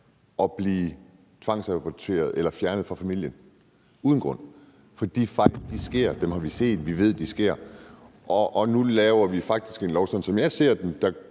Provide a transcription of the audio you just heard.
at blive tvangsbortadopteret eller fjernet fra familien uden grund. For de fejl sker. Dem har vi set, vi ved, de sker. Og nu laver vi faktisk en lov, sådan som jeg ser den,